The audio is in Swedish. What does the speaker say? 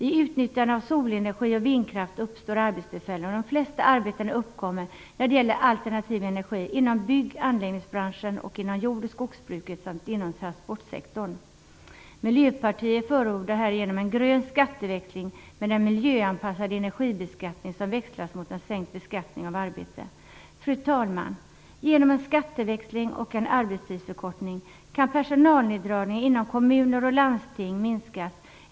I utnyttjandet av solenergi och vindkraft uppstår arbetstillfällen. De flesta arbeten när det gäller "alternativ energi" uppkommer inom bygg och anläggningsbranschen, inom jord och skogsbruket samt inom transportsektorn. Miljöpartiet förordar härigenom en grön skatteväxling med en miljöanpassad energibeskattning som växlas mot en sänkt beskattning av arbete. Fru talman! Genom en skatteväxling och en arbetstidsförkortning kan personalneddragningarna inom kommuner och landsting minska.